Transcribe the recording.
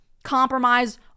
compromise